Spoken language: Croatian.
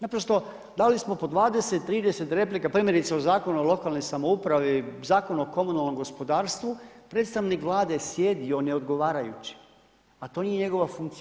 Naprosto dali smo po 20, 30 replika primjerice o Zakonu o lokalnoj samoupravi, Zakon o komunalnom gospodarstvu, predstavnik Vlade je sjedio ne odgovarajući, a to nije njegova funkcija.